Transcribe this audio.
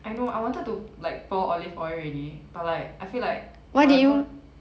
I know I wanted to like pour olive oil already but like I feel like